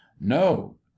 no